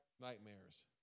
nightmares